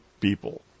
people